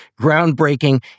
groundbreaking